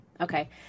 Okay